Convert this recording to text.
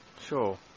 Sure